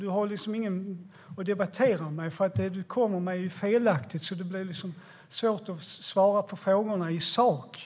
Du har ingen att debattera med eftersom det du lägger fram är felaktigt. Då blir det liksom svårt att svara sakligt på frågorna.